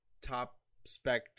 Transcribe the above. top-spec